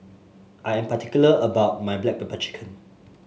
I am particular about my Black Pepper Chicken